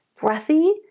breathy